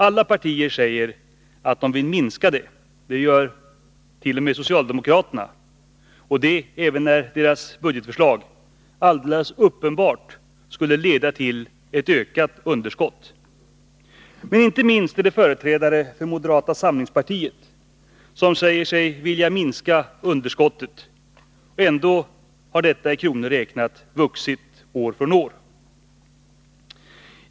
Alla partier säger att de vill minska det. Det gör t.o.m. socialdemokraterna, och det även när deras budgetförslag alldeles uppenbart skulle leda till ett ökat underskott. Inte minst företrädare för moderata samlingspartiet säger sig vilja minska underskottet. Ändå har detta i kronor räknat vuxit år från år.